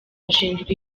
bashinjwa